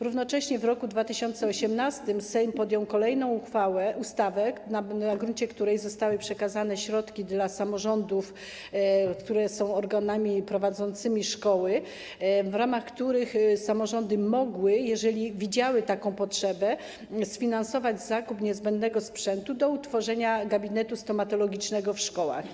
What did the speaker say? Równocześnie w roku 2018 Sejm podjął kolejną ustawę, na gruncie której zostały przekazane środki dla samorządów, które są organami prowadzącymi szkoły, w ramach których samorządy mogły, jeżeli widziały taką potrzebę, sfinansować zakup sprzętu niezbędnego do utworzenia gabinetów stomatologicznych w szkołach.